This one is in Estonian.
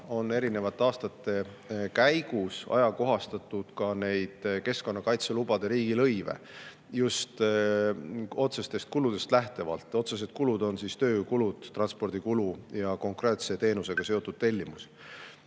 on eri aastate jooksul ajakohastatud ka neid keskkonnakaitselubade riigilõive, just otsestest kuludest lähtuvalt. Otsesed kulud on tööjõukulud, transpordikulu ja konkreetse teenusega seotud tellimus.